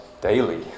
daily